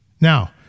Now